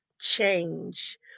change